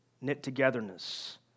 knit-togetherness